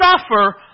suffer